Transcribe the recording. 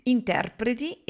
Interpreti